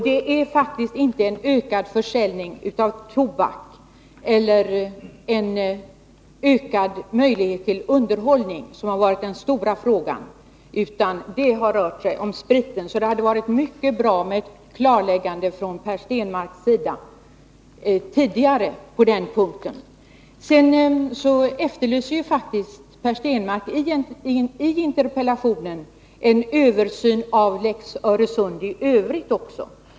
Det är faktiskt inte en ökad försäljning av tobak eller en ökad möjlighet till underhållning som har varit den stora frågan utan spriten. Det hade varit mycket bra med ett klarläggande tidigare från Per Stenmarck på denna punkt. Per Stenmarck efterlyser faktiskt i interpellationen egentligen en översyn av lex Öresund i övrigt.